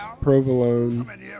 provolone